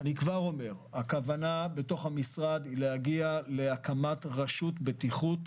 הכוונה בתוך המשרד להגיע להקמת רשות בטיחות